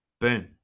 boom